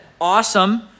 Awesome